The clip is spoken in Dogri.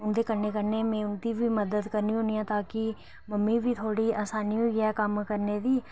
उन्दे कन्नै कन्नै मीं उंदी बी मदद करनी हुन्नी आं ताकि मम्मी गी बी थोह्ड़ी असानी होई जा कम्म करने दी